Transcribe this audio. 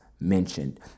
mentioned